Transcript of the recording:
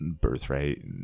Birthright